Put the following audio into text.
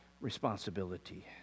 responsibility